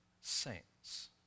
saints